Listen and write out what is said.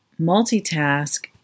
multitask